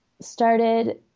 started